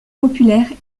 populaires